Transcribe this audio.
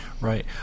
Right